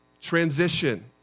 transition